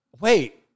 wait